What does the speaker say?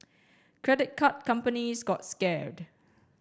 credit card companies got scared